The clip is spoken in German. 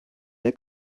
der